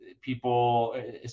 people